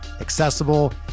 accessible